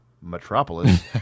metropolis